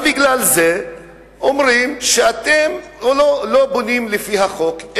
בגלל זה אומרים: אתם לא בונים לפי החוק.